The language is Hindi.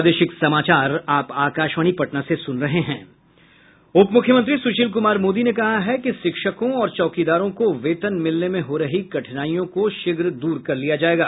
उप मुख्यमंत्री सुशील कुमार मोदी ने कहा है कि शिक्षकों और चौकीदारों को वेतन मिलने में हो रही कठिनाईयों शीघ्र दूर कर लिया जायेगा